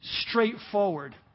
straightforward